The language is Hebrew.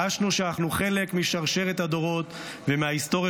חשנו שאנחנו חלק משרשרת הדורות ומההיסטוריה